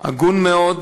הגון מאוד,